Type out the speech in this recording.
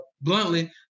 bluntly